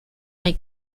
hay